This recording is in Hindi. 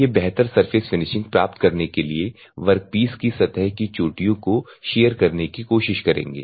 ये बेहतर सरफेस फिनिशिंग प्राप्त करने के लिए वर्कपीस की सतह की चोटियों को शियर करने की कोशिश करेंगे